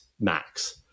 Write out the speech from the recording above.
max